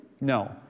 No